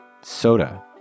soda